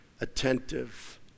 attentive